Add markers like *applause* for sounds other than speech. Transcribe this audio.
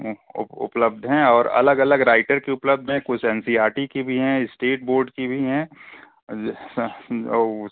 उपलब्ध हैं और अलग अलग राइटर की उपलब्ध हैं कुछ एन सी आर टी की भी हैं इस्टेट बोर्ड की भी हैं *unintelligible*